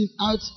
out